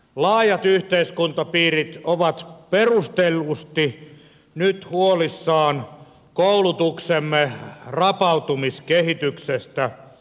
laajat yhteiskuntapiirit ovat perustellusti nyt huolissaan koulutuksemme rapautumiskehityksestä